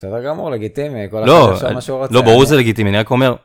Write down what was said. בסדר גמור, לגיטימי, כל הכבוד שמה שהוא רוצה... -לא, לא, ברור שזה לגיטימי, אני רק אומר.